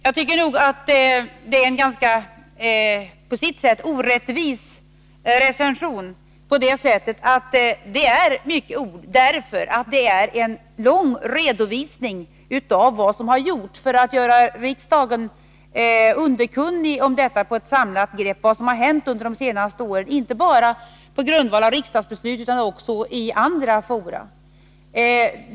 Jag tycker att det på sitt sätt är en orättvis recension. Det är ju mycket ord därför att det är en lång redovisning till riksdagen av vad som gjorts, detta för att göra riksdagen underkunnig om det och ge ett samlat grepp över vad som har hänt under de senaste åren — inte bara på grundval av riksdagsbeslut utan också i andra fora.